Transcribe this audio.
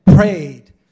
prayed